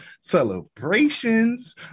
celebrations